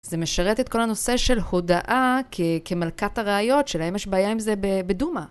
זה משרת את כל הנושא של הודאה כמלכת הראיות, שלהם יש בעיה עם זה בדומא.